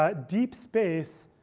ah deep space,